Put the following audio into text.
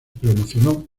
promocionó